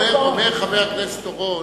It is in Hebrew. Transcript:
חבר הכנסת אורון: